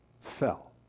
fell